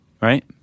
right